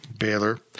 Baylor